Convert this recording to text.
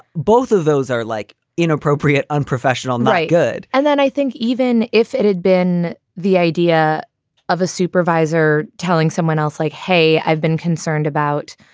both of those are like inappropriate. unprofessional. right. good and then i think even if it had been the idea of a supervisor telling someone else like, hey, i've been concerned about,